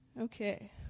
Okay